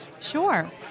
sure